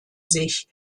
sich